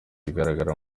bigaragara